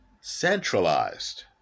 centralized